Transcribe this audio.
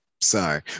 Sorry